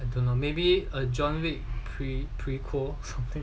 I don't know maybe ah john wick pre~ prequel or something